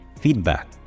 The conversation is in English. Feedback